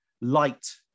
light